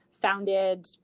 founded